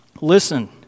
Listen